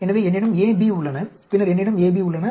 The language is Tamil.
எனவே என்னிடம் A B உள்ளன பின்னர் என்னிடம் AB உள்ளன